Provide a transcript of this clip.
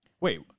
Wait